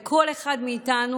לכל אחד מאיתנו,